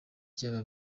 byaba